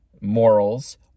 morals